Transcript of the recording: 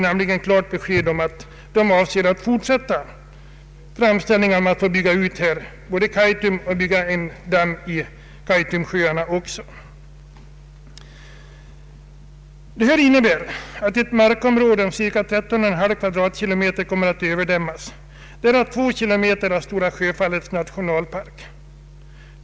Jag skall återkomma till det senare. Det framlagda förslaget innebär att ett markområde om cirka 13,5 km? kommer att överdämmas, därav 2 km? av Stora Sjöfallets nationalpark.